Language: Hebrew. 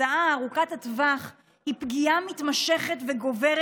התוצאה ארוכת הטווח היא פגיעה מתמשכת וגוברת